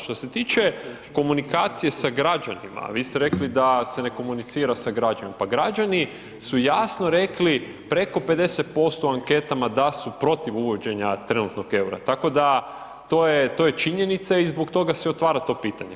Što se tiče komunikacije sa građanima, a vi ste rekli da se ne komunicira sa građanima, pa građani su jasno rekli preko 50% u anketama da su protiv uvođenja trenutnog EUR-a, tako da, to je, to je činjenica i zbog toga se i otvara to pitanje.